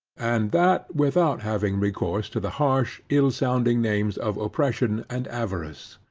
and that without having recourse to the harsh ill sounding names of oppression and avarice.